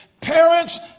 Parents